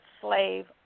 Slave